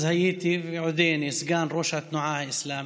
אז הייתי, ועודני, סגן ראש התנועה האסלאמית.